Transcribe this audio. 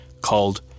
called